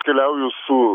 keliauju su